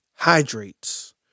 hydrates